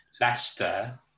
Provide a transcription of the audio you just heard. Leicester